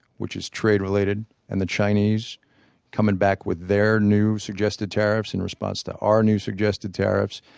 which is trade related and the chinese coming back with their new suggested tariffs in response to our new suggested tariffs.